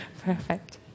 Perfect